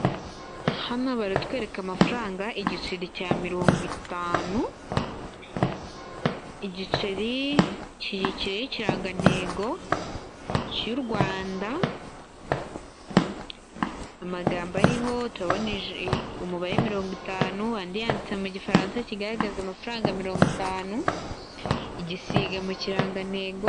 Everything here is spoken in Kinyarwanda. Hano baratwereka amafaranga igiceri cya mirongo itanu, igiceri kiriho ikirangantego cy'u Rwanda, amagambo ariho turabona umubare mirongo itanu andi yanditse mu gifaransa kigaragaza amafaranga amafaranga mirongo itanu, igisiga mu kirangantego.